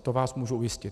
To vás můžu ujistit.